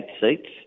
seats